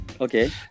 Okay